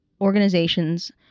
organizations